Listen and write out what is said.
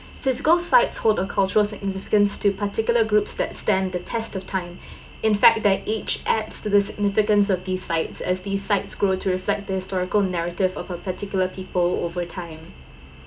physical sites hold a cultural significance to particular groups that stand the test of time in fact their age adds to the significance of these sites as these site grow to reflect their historical narrative of a particular people over time